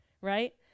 right